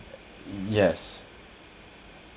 yes